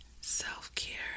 self-care